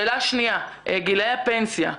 השאלה השנייה גילאי הפנסיה,